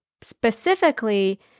Specifically